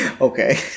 Okay